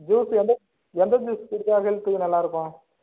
juice எந்த எந்த juice குடித்தா ஹெல்த்துக்கு நல்லாயிருக்கும்